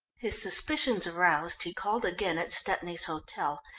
his suspicions aroused, he called again at stepney's hotel,